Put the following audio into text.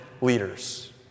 leaders